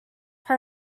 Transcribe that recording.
her